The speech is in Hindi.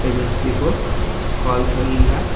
एजेंसी को कॉल करूँगा